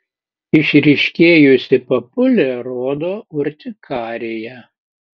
išryškėjusi papulė rodo urtikariją